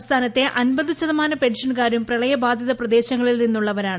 സംസ്ഥാനത്തെ അമ്പത് ശതമാനം പെൻഷൻക്കാരും പ്രളയബാധിത പ്രദേശങ്ങളിൽ നിന്നുള്ളവരാണ്